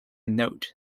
note